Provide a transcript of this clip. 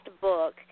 book